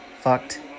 Fucked